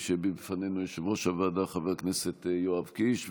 כפי שהביע בפנינו יושב-ראש הוועדה חבר הכנסת יואב קיש,